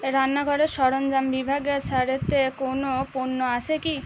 রান্নাঘরের সরঞ্জাম বিভাগে ছাড়েতে কোনও পণ্য আছে কি